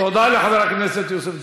תודה לחבר הכנסת יוסף ג'בארין.